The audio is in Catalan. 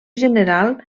general